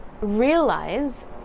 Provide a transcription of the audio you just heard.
realize